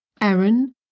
Aaron